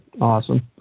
awesome